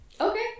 Okay